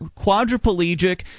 quadriplegic